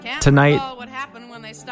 Tonight